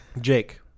Jake